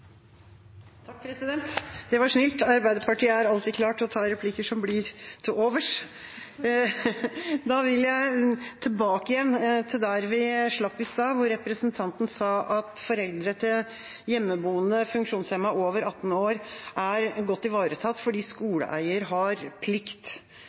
Takk, president, det var snilt. Arbeiderpartiet er alltid klar til å ta replikker som blir til overs. Da vil jeg tilbake til der vi slapp i stad, hvor representanten sa at foreldre til hjemmeboende funksjonshemmede over 18 år er godt ivaretatt fordi